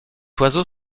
oiseau